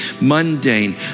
mundane